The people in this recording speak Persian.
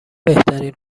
بهترین